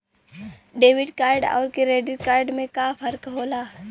Debit card अउर credit card में का फर्क होला?